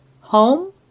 home